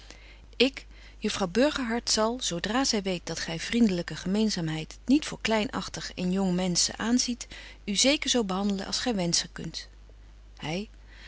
juffrouw burgerhart zal zo dra zy weet dat gy vriendelyke gemeenzaamheid niet voor kleinachting in jonge menschen aanziet u zeker zo behandelen als gy wenschen kunt hy